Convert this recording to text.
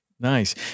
Nice